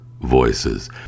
voices